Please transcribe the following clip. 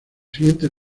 siguiente